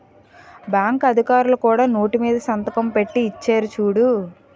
bank అధికారులు కూడా note మీద సంతకం పెట్టి ఇచ్చేరు చూడు